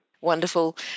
Wonderful